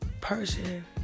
person